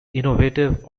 innovative